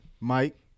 Mike